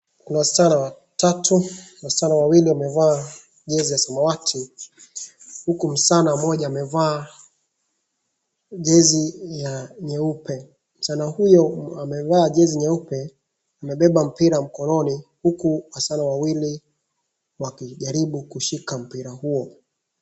Kuna wasichana watatu, wasichana wawili wamevaa jezi ya samawati huku msichana mmoja amevaa jezi ya nyeupe. Msichana huyo amevaa jezi nyeupe amebeba mpira mkononi huku wasichana wawili wakijaribu kushika mpira huo.